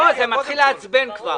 זה מתחיל לעצבן כבר.